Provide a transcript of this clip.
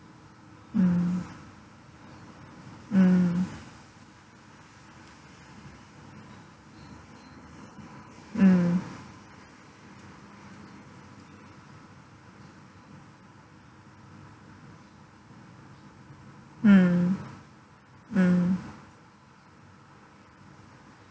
mm mm mm mm mm